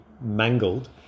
mangled